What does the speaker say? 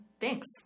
Thanks